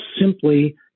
simply